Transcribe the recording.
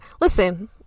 Listen